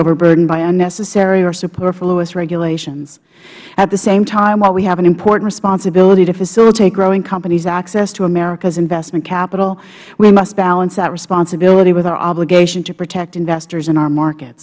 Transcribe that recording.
overburdened by unnecessary or superfluous regulations at the same time while we have an important responsibility to facilitate growing companies access to america's investment capital we must balance that responsibility with our obligation to protect investors in our market